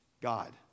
god